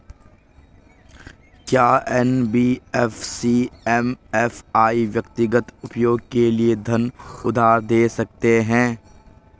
क्या NBFC MFI व्यक्तिगत उपयोग के लिए धन उधार दें सकते हैं?